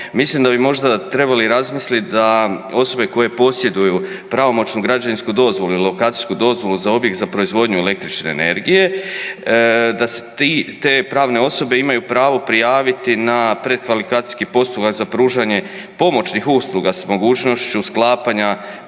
mislim da bi možda trebali razmislit da osobe koje posjeduju pravomoćnu građevinsku dozvolu i lokacijsku dozvolu za objekt za proizvodnju električne energije da se te pravne osobe imaju pravo prijaviti na prekvalifikacijski postupak za pružanje pomoćnih usluga s mogućnošću sklapanja